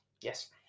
Yes